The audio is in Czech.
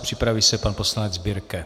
Připraví se pan poslanec Birke.